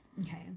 Okay